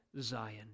Zion